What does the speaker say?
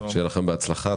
שיהיה לכם בהצלחה.